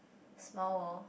small world